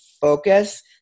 focus